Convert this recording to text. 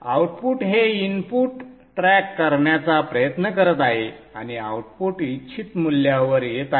output हे input track करण्याचा प्रयत्न करत आहे आणि आउटपुट इच्छित मूल्यावर येत आहे